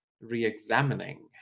re-examining